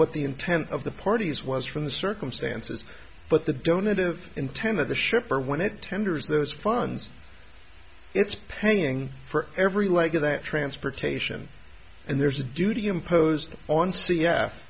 what the intent of the parties was from the circumstances but the don't of intent of the shipper when it tenders those funds it's paying for every like of that transportation and there's a duty imposed on c f